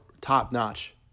top-notch